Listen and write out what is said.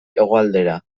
hegoaldera